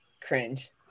cringe